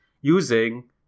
using